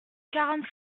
quarante